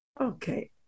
Okay